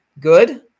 Good